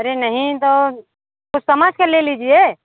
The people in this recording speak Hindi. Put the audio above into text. अरे नहीं तो कुछ समझ के ले लीजिए